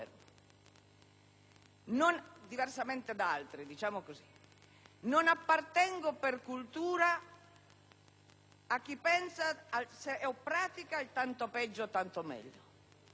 Non appartengo per cultura a chi pensa o pratica il «tanto peggio, tanto meglio».